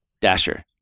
Dasher